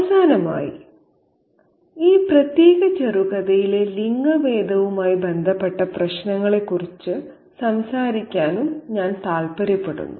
അവസാനമായി ഈ പ്രത്യേക ചെറുകഥയിലെ ലിംഗഭേദവുമായി ബന്ധപ്പെട്ട പ്രശ്നങ്ങളെക്കുറിച്ച് സംസാരിക്കാനും ഞാൻ ആഗ്രഹിക്കുന്നു